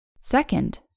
Second